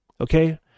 Okay